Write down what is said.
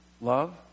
Love